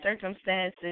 circumstances